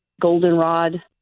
goldenrod